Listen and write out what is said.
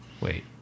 Wait